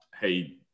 hey